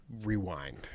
rewind